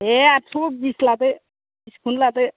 दे आदस' बिस लादो बिसखौनो लादो